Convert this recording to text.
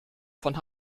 von